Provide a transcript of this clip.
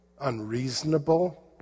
unreasonable